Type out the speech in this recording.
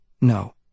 No